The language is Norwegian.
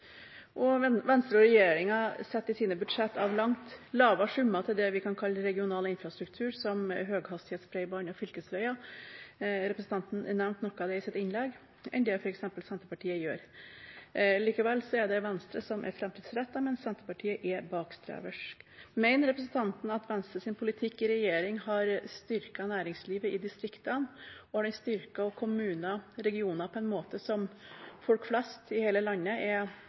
Venstre og regjeringen setter i sine budsjett av langt lavere summer til det vi kan kalle regional infrastruktur, som høyhastighetsbredbånd og fylkesveier – representanten nevnte noe av det i sitt innlegg – enn f.eks. Senterpartiet gjør. Likevel er det Venstre som er framtidsrettet, mens Senterpartiet er bakstreversk. Mener representanten at Venstres politikk i regjering har styrket næringslivet i distriktene, og har den styrket kommuner og regioner på en måte som folk flest i hele landet er